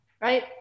right